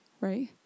right